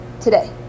today